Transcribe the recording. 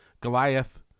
Goliath